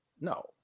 No